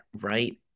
right